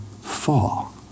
fall